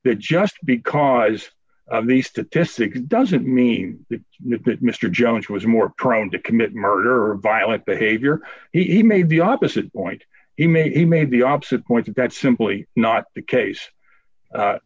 that just because of the statistics doesn't mean that mr jones was more prone to commit murder or violent behavior he made the opposite point in may he made the opposite point that's simply not the case